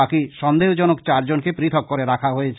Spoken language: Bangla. বাকী সন্দেহজনক চারজনকে পৃথক করে রাখা হয়েছে